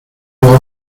los